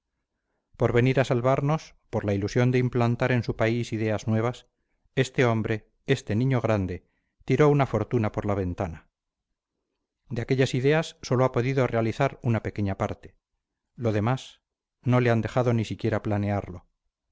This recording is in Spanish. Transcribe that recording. por venir a salvarnos por la ilusión de implantar en su país ideas nuevas este hombre este niño grande tiró una fortuna por la ventana de aquellas ideas sólo ha podido realizar una pequeña parte lo demás no le han dejado ni siquiera planearlo